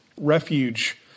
refuge